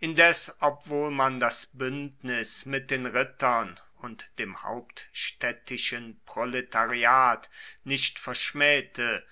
indes obwohl man das bündnis mit den rittern und dem hauptstädtischen proletariat nicht verschmähte